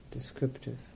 descriptive